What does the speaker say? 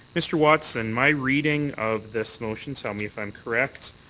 mr. watson, my reading of this motion, tell me if i'm correct,